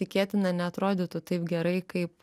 tikėtina neatrodytų taip gerai kaip